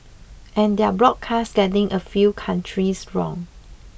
and their broadcast getting a few countries wrong